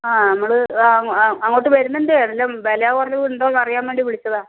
ആ നമ്മൾ അങ്ങോട്ട് വരുന്നുണ്ട് എല്ലാം വില കുറഞ്ഞതുണ്ടോന്നറിയാൻ വേണ്ടി വിളിച്ചതാ